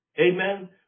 Amen